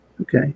Okay